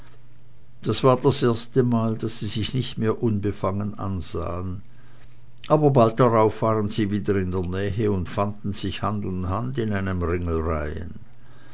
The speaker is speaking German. das war das erste mal daß sie sich nicht mehr unbefangen ansahen aber bald darauf waren sie wieder in der nähe und fanden sich hand in hand in einem